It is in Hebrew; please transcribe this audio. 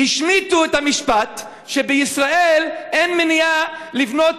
השמיטו את המשפט שבישראל אין מניעה לבנות